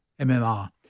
MMR